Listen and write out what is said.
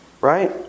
Right